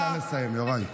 בבקשה לסיים, יוראי.